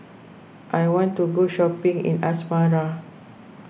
I want to go shopping in Asmara